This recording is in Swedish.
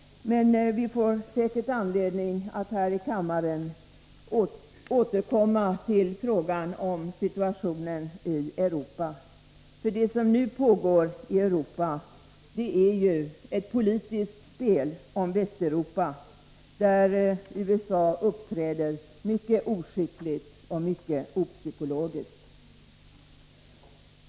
Men vi får säkert anledning att här i kammaren återkomma till frågan om situationen i Europa. Det som nu pågår i Europa är nämligen ett politiskt spel om Västeuropa, där USA uppträder mycket oskickligt och mycket opsykologiskt.